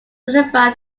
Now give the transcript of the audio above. signifying